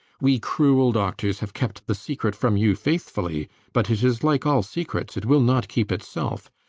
we cruel doctors have kept the secret from you faithfully but it is like all secrets it will not keep itself.